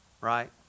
right